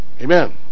Amen